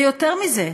ויותר מזה,